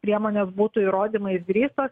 priemonės būtų įrodymais grįsto